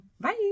Bye